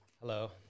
Hello